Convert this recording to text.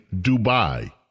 Dubai